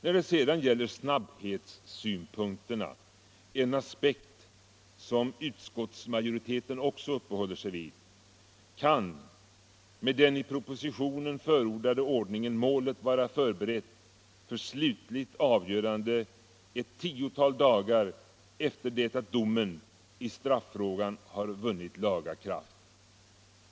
När det sedan gäller snabbhetssynpunkterna — en aspekt som utskottsmajoriteten också uppehåller sig vid — kan med den i propositionen förordade ordningen målet vara förberett för slutligt avgörande ett tiotal dagar efter det att domen i straffrågan har vunnit laga kraft.